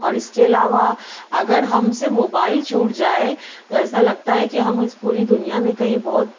اور اس کے علاوہ اگر ہم سے موبائل چھوٹ جائے تو ایسا لگتا ہے کہ ہم اس پوری دنیا میں کہیں بہت